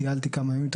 טיילתי כמה ימים,